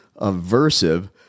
aversive